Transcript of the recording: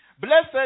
Blessed